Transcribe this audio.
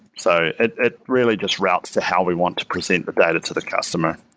so it it really just routes to how we want to present the data to the customer.